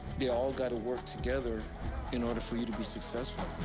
they all got to work together in order for you to be successful.